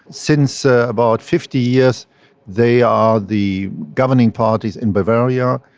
since ah about fifty years they are the governing parties in bavaria,